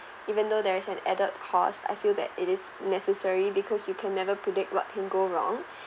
even though there is an added cost I feel that it is necessary because you can never predict what can go wrong